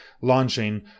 launching